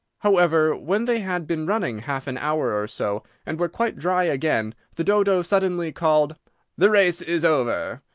however, when they had been running half an hour or so, and were quite dry again, the dodo suddenly called the race is over!